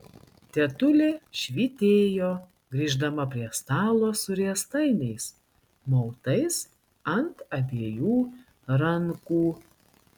tetulė švytėjo grįždama prie stalo su riestainiais mautais ant abiejų rankų